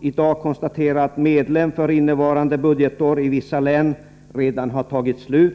i dag konstatera att medlen för innevarande budgetår redan tagit slut i vissa län.